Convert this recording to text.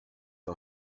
das